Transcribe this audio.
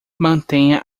mantenha